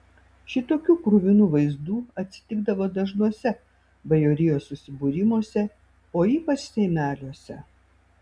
šitokių kruvinų vaizdų atsitikdavo dažnuose bajorijos susibūrimuose o ypač seimeliuose